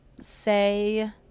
say